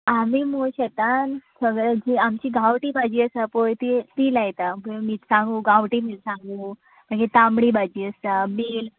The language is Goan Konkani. आमी मुगो शेतान सगळे जी आमची गांवठी भाजी जी आसा पळय ती लायता मिरसांगो गांवठी मिरसांगो मागीर तांबडी भाजी आसा बेल